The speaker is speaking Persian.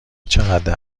چقدر